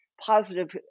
positive